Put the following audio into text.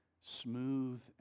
smooth